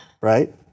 Right